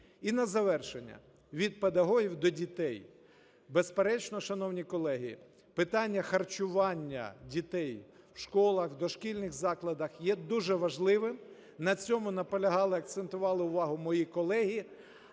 І на завершення. Від педагогів до дітей. Безперечно, шановні колеги, питання харчування дітей в школах, в дошкільних закладах є дуже важливим. На цьому наполягали, акцентували увагу мої колеги.